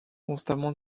constamment